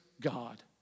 God